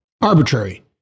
arbitrary